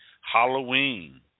Halloween